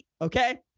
okay